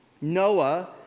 Noah